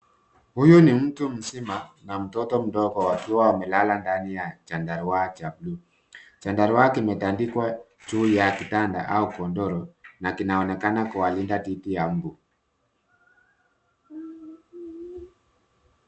Huyu ni mtu mzima na mtoto mdogo wakiwa wamelala ndani ya chandarua cha buluu. Chandarua kimetandikwa juu ya kitanda au godoro na kinaonekana kuwalinda dhidi ya mbu.